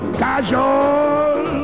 casual